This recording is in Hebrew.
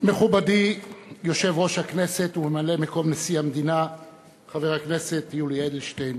מכובדי יושב-ראש הכנסת וממלא-מקום נשיא המדינה חבר הכנסת יולי אדלשטיין,